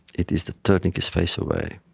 it is the turning his face away.